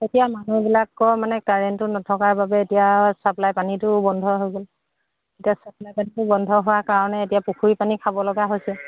এতিয়া মানুহবিলাকৰ মানে কাৰেণ্টটো নথকাৰ বাবে এতিয়া চাপ্লাই পানীটো বন্ধ হৈ গ'ল এতিয়া চাপ্লাই পানীটো বন্ধ হোৱাৰ কাৰণে এতিয়া পুখুৰী পানী খাব লগা হৈছে